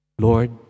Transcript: Lord